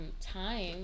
time